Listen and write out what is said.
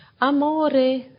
Amore